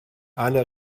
alle